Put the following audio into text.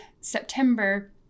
September